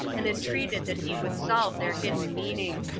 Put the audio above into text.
and entreated that he would solve their hidden meaning.